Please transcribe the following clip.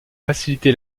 facilité